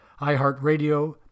iHeartRadio